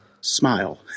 smile